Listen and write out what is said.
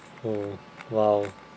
oh !wow!